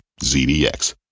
ZDX